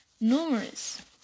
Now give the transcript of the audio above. numerous